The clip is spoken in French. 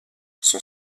son